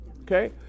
Okay